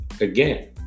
again